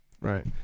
right